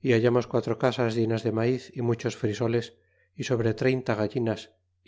y hallamos quatro casas llenas de maiz y muchos frisoles y sobre treinta gallinas